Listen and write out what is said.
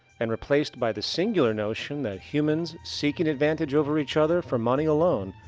and replaced by the singular notion that humans seeking advantage over each other for money alone,